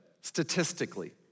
Statistically